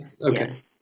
Okay